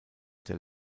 der